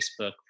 Facebook